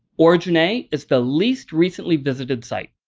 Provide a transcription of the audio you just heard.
origin a is the least recently visited site.